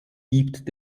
gibt